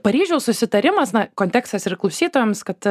paryžiaus susitarimas na kontekstas ir klausytojams kad